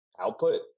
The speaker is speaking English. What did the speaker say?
output